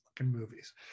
movies